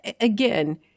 again